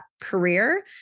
career